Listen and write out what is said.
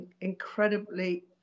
incredibly